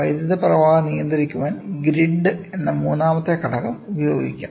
വൈദ്യുത പ്രവാഹം നിയന്ത്രിക്കാൻ ഗ്രിഡ് എന്ന മൂന്നാമത്തെ ഘടകം ഉപയോഗിക്കാം